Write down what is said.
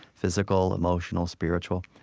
physical, emotional, spiritual.